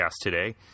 today